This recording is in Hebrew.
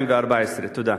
תודה.